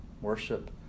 worship